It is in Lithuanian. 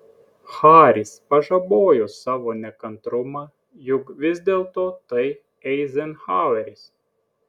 haris pažabojo savo nekantrumą juk vis dėlto tai eizenhaueris